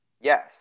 Yes